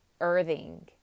earthing